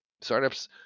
startups